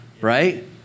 Right